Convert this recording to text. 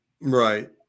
Right